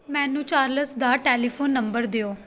ਮੈਨੂੰ ਚਾਰਲਸ ਦਾ telephone number ਦਿਓ